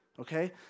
okay